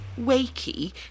wakey